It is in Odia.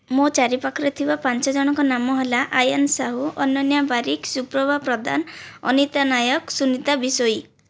ମୋ ଚାରିପାଖରେ ଥିବା ପାଞ୍ଚ ଜଣଙ୍କ ନାମ ହେଲା ଆୟାନ ସାହୁ ଅନନ୍ୟା ବାରିକ ସୁପ୍ରଭା ପ୍ରଧାନ ଅନିତା ନାୟକ ସୁନିତା ବିଷୋୟୀ